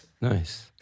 Nice